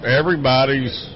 everybody's